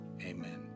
amen